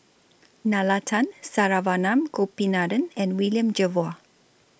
Nalla Tan Saravanan Gopinathan and William Jervois